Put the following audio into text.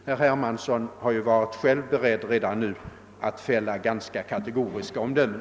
Herr Hermansson har själv redan nu varit beredd att fälla ganska kategoriska omdömen.